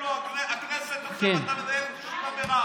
כאילו שעכשיו בכנסת אתה מנהל ישיבה ברע"מ.